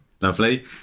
Lovely